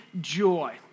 joy